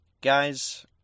guys